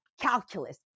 calculus